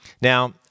Now